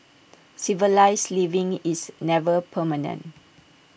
civilised living is never permanent